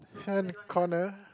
hand corner